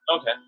Okay